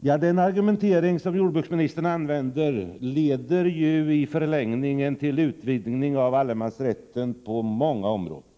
Den argumentering som jordbruksministern använder leder i förlängningen till en utvidgning av allemansrätten på många områden.